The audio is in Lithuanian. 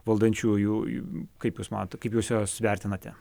valdančiųjų kaip jus matot kaip jūs juos vertinate